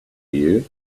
you